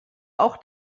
auch